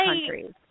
countries